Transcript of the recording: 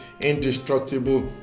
indestructible